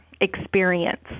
experience